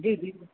जी जी